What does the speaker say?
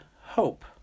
hope